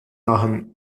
nahen